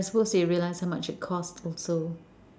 let's hope they realize how much it costs also